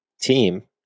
team